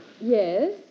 Yes